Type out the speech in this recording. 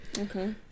Okay